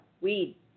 weed